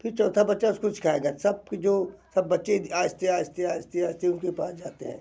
फिर चौथा बच्चा उसको सिखाएगा सब के जो सब बच्चे आहिस्ता आहिस्ता आहिस्ता आहिस्ता उन के पास जाते हैं